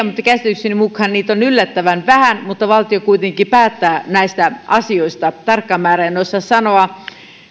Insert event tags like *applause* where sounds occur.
*unintelligible* mutta käsitykseni mukaan niitä on yllättävän vähän valtio kuitenkin päättää näistä asioista tarkkaa määrää en osaa sanoa